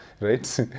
right